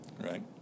right